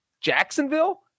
Jacksonville